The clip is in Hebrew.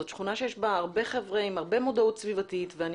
זאת שכונה שיש בה הרבה חבר'ה עם הרבה מודעות סביבתית ואני